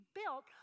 built